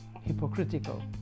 hypocritical